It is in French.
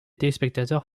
téléspectateurs